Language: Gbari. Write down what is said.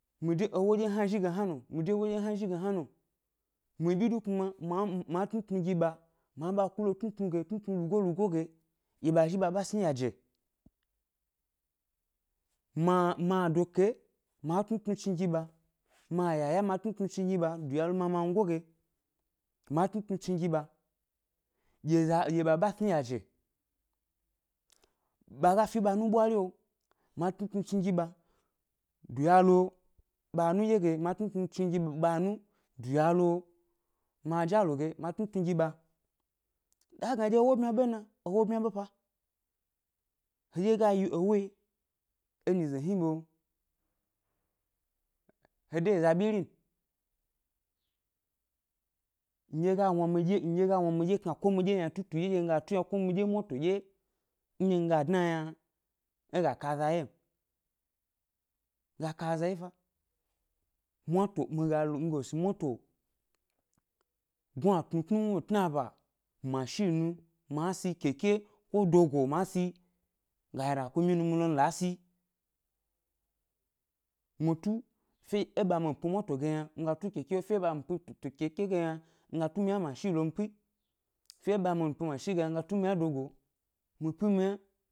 Mi de ewo ɗye hna zhi ge hna no, mi de ewo ɗye hna zhi ge hna no, mi du kuma ma ma tnutnu gi ɓa ma ba ku lo tnutnu lugoyi-lugoyi ge dye ɓa zhi ɓa ɓa sni yaje, mi a mi adokeyi ma tnutnu chni gi ɓa, mi ayaya ma tnutnun chni gi ɓa, duya lo mia mngo ge, ma tnutnu chni gi ɓa, ɗye ɓa ɓa sni yaje, ɓa ga fi ɓa nu ɓwario, ma tnutnu chni gi ɓa duya lo ba anu dye ge, ma ma tnutnu chni gi ɓa, duya lo mi ajalo ge ma tnutnu gi ɓa, za gna dye ewo byma ɓe m na, ewo byma ɓe pa, hedye ga yi ewo yi, e nyize hni ʻɓe, he de yi ʻza byiri n, ndye ga wna midye ndye wna midye kna ko midye ynatutu ndye mi ga tu yna, ko midye mwato dye ndye mi ga dna yna é ga ka aza wye m, ga ka aza wye fa, mwato mi ga lo mi lo si mwato gnuatnu tnuwnuyi, tnaba, mashi nu ma si, keke, ko dogo ma si, ga rakumyi nu mi lo mi la si mi tu, fe é ɓa mi mi pi mwato m yna mi pi keke, fe ɓa mi mi keke keke ge m yna mi ga tu mi yna é mashi lo mi pi, fe dye é ɓa mi mi tu mashi ge m yna mi ga tu mi yna é dogo lo mi pi mi yna